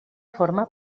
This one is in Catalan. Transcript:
forma